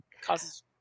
causes